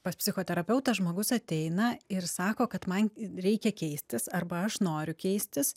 pas psichoterapeutą žmogus ateina ir sako kad man reikia keistis arba aš noriu keistis